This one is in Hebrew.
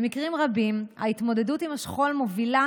במקרים רבים ההתמודדות עם השכול מובילה